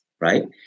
right